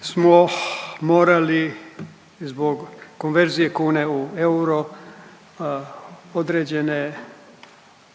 smo morali zbog konverzije kune u euro određene,